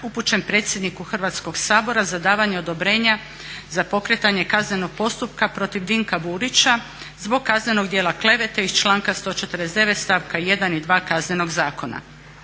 upućen predsjedniku Hrvatskoga sabora za davanje odobrenja za pokretanje kaznenog postupka protiv Ivana Klarina zbog kaznenog djela klevete iz članka 149. stavka 2. Kaznenog zakona.